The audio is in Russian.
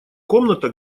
комната